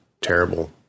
terrible